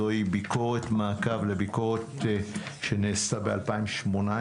זו היא ביקורת מעקב לביקורת שנעשתה בשנת 2018,